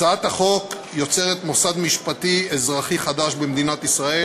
הצעת החוק יוצרת מוסד משפטי אזרחי חדש במדינת ישראל,